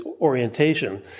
orientation